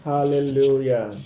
Hallelujah